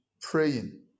praying